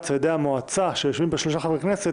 על-ידי המועצה שיושבים בה שלושה חברי כנסת,